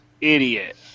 Idiot